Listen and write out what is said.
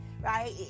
right